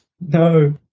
No